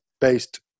based